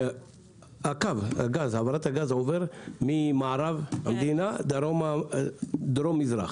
קו העברת הגז עובר ממערב לדרום מזרח.